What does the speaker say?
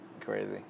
Crazy